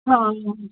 हा